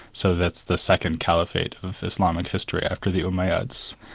so that's the second caliphate of islamic history after the umayyads.